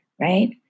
right